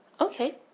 Okay